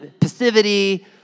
passivity